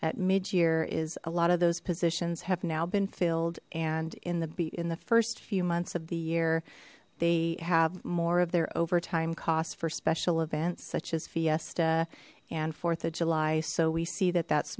at mid year is a lot of those positions have now been filled and in the beat in the first few months of the year they have more of their overtime costs for special events such as fiesta and th of july so we see that that's